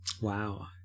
Wow